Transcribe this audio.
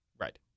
Right